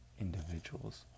individuals